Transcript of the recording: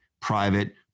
private